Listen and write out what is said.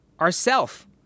ourself